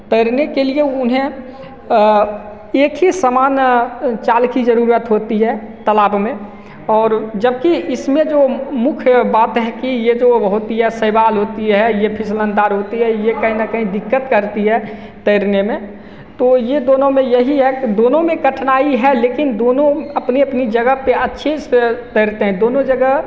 तैरने के लिए उन्हें एक ही समान चाल की ज़रुरत होती है तालाब में और जबकि इसमें जो मुख्य बात है कि ये जो होती है ये फिसलनदार होती है ये कही ना कही दिक्कत करती है तैरने में तो ये दोनों में यही है कि दोनों में कठिनाई है लेकिन दोनों अपनी अपनी जगह पे अच्छी तैरते है दोनों जगह सही है